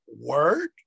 word